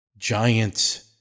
giant